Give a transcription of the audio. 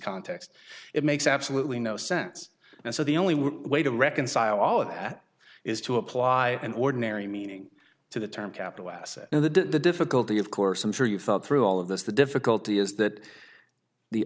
context it makes absolutely no sense and so the only way to reconcile all of that is to apply an ordinary meaning to the term capital asset and the difficulty of course i'm sure you've thought through all of this the difficulty is that the